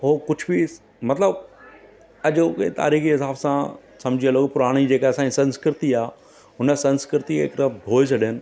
हो कुझु बि मतिलबु अॼोके तारीख़ जे हिसाब सां सम्झियलु हो पुराणी जेका असांजी संस्कृति आहे हुन संस्कृतिअ में हिकु त भोए छॾनि